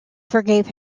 forgave